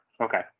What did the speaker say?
Okay